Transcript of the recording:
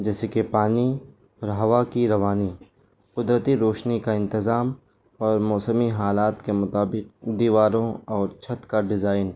جیسے کہ پانی اور ہوا کی روانی قدرتی روشنی کا انتظام اور موسمی حالات کے مطابق دیواروں اور چھت کا ڈیزائن